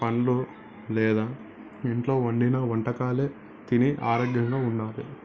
పండ్లు లేదా ఇంట్లో వండిన వంటకాలే తిని ఆరోగ్యంగా ఉండాలి